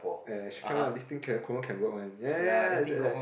uh she come ah this thing confirm can work one ya ya ya it's like